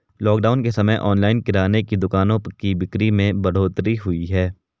lockdown के समय online किराने की दुकानों की बिक्री में बढ़ोतरी हुई है